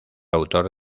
autor